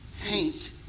paint